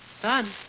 Son